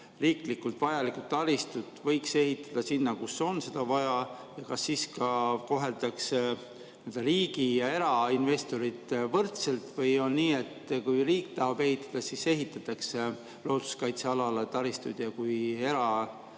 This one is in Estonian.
riiklikult vajalikud taristud võiks ehitada sinna, kus on seda vaja, ja kas siis ka koheldakse riigi ja erainvestoreid võrdselt või on nii, et kui riik tahab ehitada, siis ehitatakse looduskaitsealale taristuid, ja kui